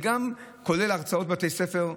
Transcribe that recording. כולל הרצאות בבתי ספר.